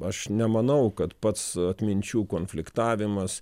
aš nemanau kad pats atminčių konfliktavimas